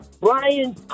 Brian